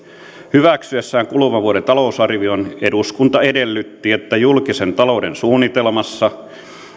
hyväksyessään kuluvan vuoden talousarvion eduskunta edellytti että julkisen talouden suunnitelmassa